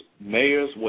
mayors